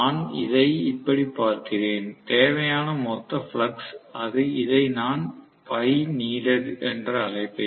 நான் இதை இப்படி பார்க்கிறேன் தேவையான மொத்த ஃப்ளக்ஸ் இதை நான் Φneeded என்று அழைப்பேன்